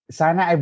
sana